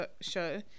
show